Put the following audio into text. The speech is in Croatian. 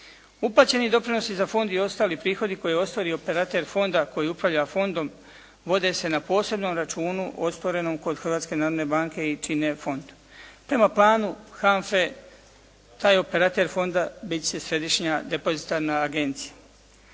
Uplaćeni doprinosi za fond i ostali prihodi koje ostvari operater fonda koji upravlja fondom vode se na posebnom računu otvorenom kod Hrvatske narodne banke i čine fond. Prema planu HANFA-e taj operater fonda biti će središnja depozitarna agencija.